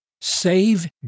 save